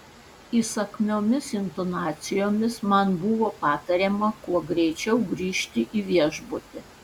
įsakmiomis intonacijomis man buvo patariama kuo greičiau grįžti į viešbutį